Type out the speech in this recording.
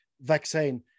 vaccine